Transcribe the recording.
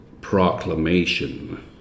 proclamation